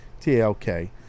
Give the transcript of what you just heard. T-A-L-K